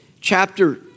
chapter